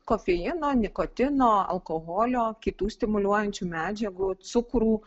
kofeino nikotino alkoholio kitų stimuliuojančių medžiagų cukrų